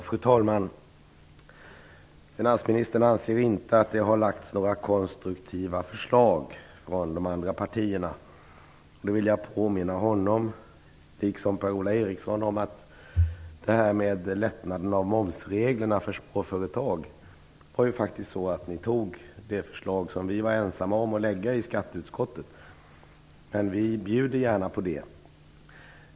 Fru talman! Finansministern anser inte att det har lagts fram några konstruktiva förslag från de andra partierna. Nu vill jag påminna honom liksom Per-Ola Eriksson om att när det gäller frågan om lättnader av momsreglerna för småföretag tog ni faktiskt det förslag som vi var ensamma om att lägga fram i skatteutskottet. Men vi bjuder gärna på det.